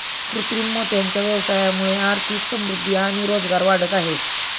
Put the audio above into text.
कृत्रिम मोत्यांच्या व्यवसायामुळे आर्थिक समृद्धि आणि रोजगार वाढत आहे